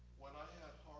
when i had